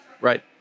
Right